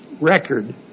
record